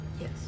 Yes